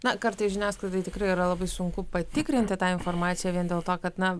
na kartais žiniasklaidai tikrai yra labai sunku patikrinti tą informaciją vien dėl to kad na